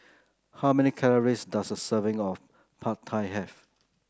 how many calories does a serving of Pad Thai have